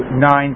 nine